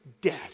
death